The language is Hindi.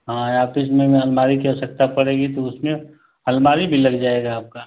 हाँ आफिस में अलमारी की आवश्यकता पड़ेगी तब उसमें अलमारी भी लग जाएगा आपका